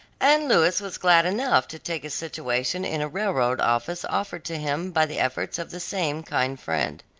and louis was glad enough to take a situation in a railroad office offered to him by the efforts of the same kind friend.